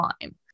time